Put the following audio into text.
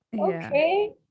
okay